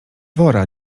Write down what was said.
wora